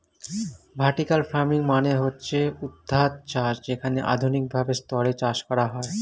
vertical farming মানে হচ্ছে ঊর্ধ্বাধ চাষ যেখানে আধুনিক ভাবে স্তরে চাষ করা হয়